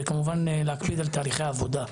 וכמובן להקפיד על תהליכי העבודה.